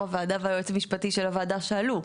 הוועדה והיועץ המשפטי של הוועדה שאלו.